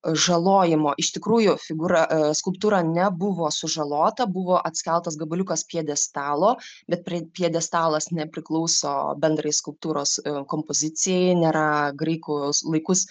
žalojimo iš tikrųjų figūra skulptūra nebuvo sužalota buvo atskeltas gabaliukas pjedestalo bet pjedestalas nepriklauso bendrai skulptūros kompozicijai nėra graikų laikus